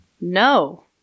no